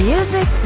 Music